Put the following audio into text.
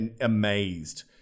amazed